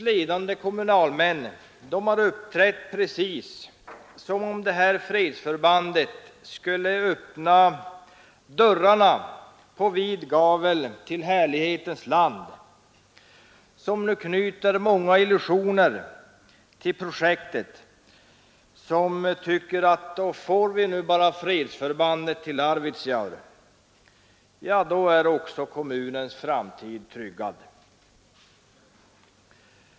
Ledande kommunalmän har uppträtt precis som om fredsförbandet skulle öppna dörrarna på vid gavel till härlighetens land. De knyter nu många illusioner till projektet och tycks tro att får vi bara fredsförbandet, då är också kommunens framtid tryggad.